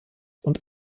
und